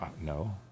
no